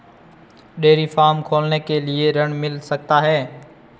Dairy farm खोलने के लिए ऋण मिल सकता है?